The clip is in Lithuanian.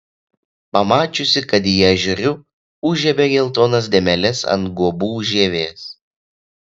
pamačiusi kad į ją žiūriu užžiebė geltonas dėmeles ant guobų žievės